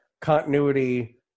continuity